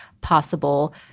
possible